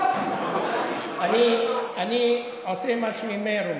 אני עושה מה שמאיר אומר.